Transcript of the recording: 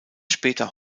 später